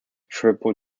triple